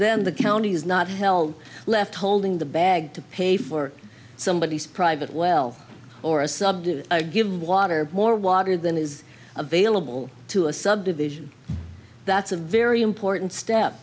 then the county is not held left holding the bag to pay for somebody's private wealth or a sub to give them water more water than is available to a subdivision that's a very important step